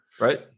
Right